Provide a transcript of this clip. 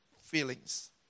feelings